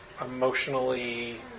emotionally